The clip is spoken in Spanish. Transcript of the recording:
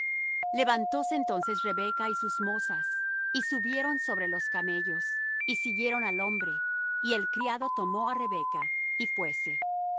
enemigos levantóse entonces rebeca y sus mozas y subieron sobre los camellos y siguieron al hombre y el criado tomó á rebeca y fuése